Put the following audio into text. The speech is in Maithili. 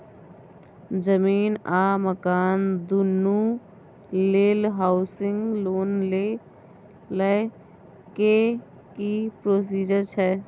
जमीन आ मकान दुनू लेल हॉउसिंग लोन लै के की प्रोसीजर छै?